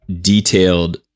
detailed